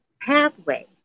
pathway